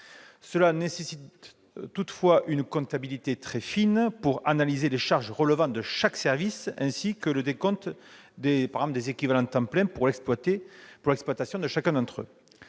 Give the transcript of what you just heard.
Cela nécessite toutefois une comptabilité très fine, afin d'analyser les charges relevant de chaque service ainsi que le décompte des équivalents temps plein pour l'exploitation de chacun d'entre eux.